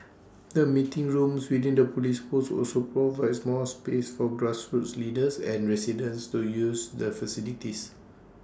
the meeting rooms within the Police post also provide more space for grassroots leaders and residents to use the facilities